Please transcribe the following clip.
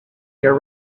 year